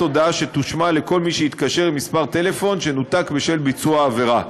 הודעה שתושמע לכל מי שיתקשר למספר טלפון שנותק בשל ביצוע עבירה.